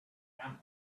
camels